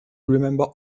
remember